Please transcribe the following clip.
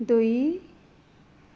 दुई